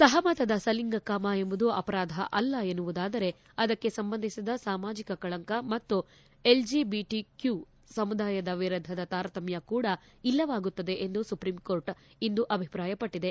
ಸಪಮತದ ಸಲಿಂಗಕಾಮ ಎಂಬುದು ಅಪರಾಧ ಅಲ್ಲ ಎನ್ನುವುದಾದರೆ ಅದಕ್ಕೆ ಸಂಬಂಧಿಸಿದ ಸಾಮಾಜಿಕ ಕಳಂಕ ಮತ್ತು ಎಲ್ಜಿಐಟಿಕ್ಕೂ ಸಮುದಾಯದ ವಿರುದ್ಧದ ತಾರತಮ್ಯ ಕೂಡ ಇಲ್ಲವಾಗುತ್ತದೆ ಎಂದು ಸುಪ್ರೀಂ ಕೋರ್ಟ್ ಇಂದು ಅಭಿಪ್ರಾಯ ಪಟ್ಟದೆ